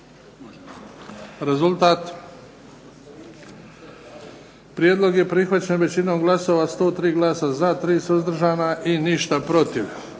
Rezultat. Ovaj prijedlog odbora je prihvaćen većinom glasova, 92 glasa za, 1 suzdržan i ništa protiv.